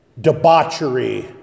debauchery